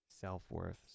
self-worth